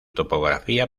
topografía